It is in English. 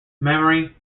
memory